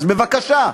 אז בבקשה.